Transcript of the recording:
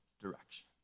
direction